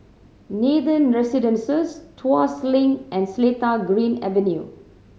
Nathan Residences Tuas Link and Seletar Green Avenue